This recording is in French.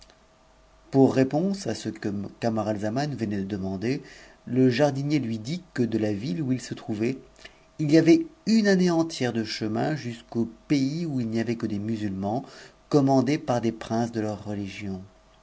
pou réponse à ce que camaraizaman venait de demander le jardinier fxidi que de la ville où il se trouvait il y avait une année entière de h in jusqu'aux pays où il n'y avait que des musulmans commandes s princes de leur religion